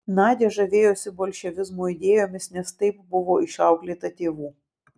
nadia žavėjosi bolševizmo idėjomis nes taip buvo išauklėta tėvų